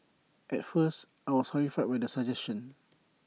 at first I was horrified with the suggestion